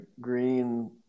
green